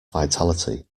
vitality